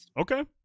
Okay